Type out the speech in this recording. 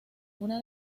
una